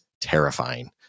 terrifying